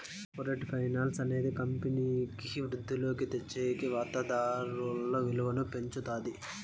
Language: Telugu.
కార్పరేట్ ఫైనాన్స్ అనేది కంపెనీకి వృద్ధిలోకి తెచ్చేకి వాతాదారుల విలువను పెంచుతాది